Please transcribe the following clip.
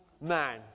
man